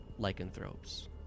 lycanthropes